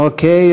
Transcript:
אוקיי.